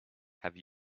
have